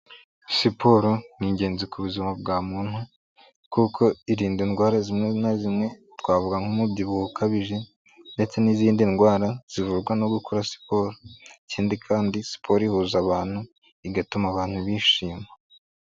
Siporo ni ingenzi ku buzima bwa muntu kuko irinda indwara zimwe na zimwe twavuga nk'umubyibuho ukabije ndetse n'izindi ndwara zivurwa no gukora siporo, ikindi kandi siporo ihuza abantu igatuma abantu bishima.